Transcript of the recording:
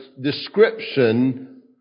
description